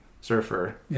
surfer